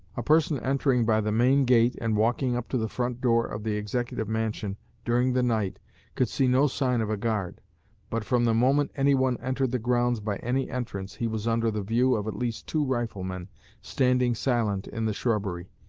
a person entering by the main gate and walking up to the front door of the executive mansion during the night could see no sign of a guard but from the moment anyone entered the grounds by any entrance, he was under the view of at least two riflemen standing silent in the shrubbery,